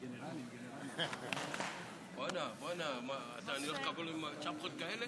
חבריי חברי הכנסת, אני לא גדלתי עם משה ארבל,